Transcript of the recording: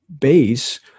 base